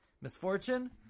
misfortune